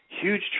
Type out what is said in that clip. huge